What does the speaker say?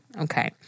Okay